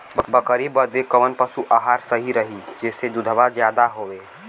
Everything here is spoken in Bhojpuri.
बकरी बदे कवन पशु आहार सही रही जेसे दूध ज्यादा होवे?